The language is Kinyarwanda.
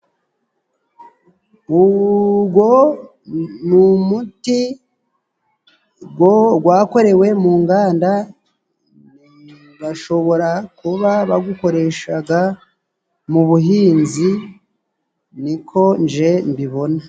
Ugo ni umuti gwo gwakorewe mu nganda, bashobora kuba bagukoreshaga mu buhinzi niko nje mbibona.